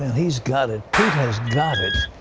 he's got it. pete has got it.